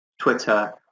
Twitter